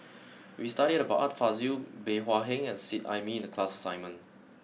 we studied about Art Fazil Bey Hua Heng and Seet Ai Mee in the class assignment